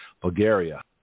Bulgaria